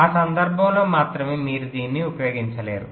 ఆ సందర్భంలో మాత్రమే మీరు దీన్ని ఉపయోగించలేరు